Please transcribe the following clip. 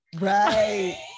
Right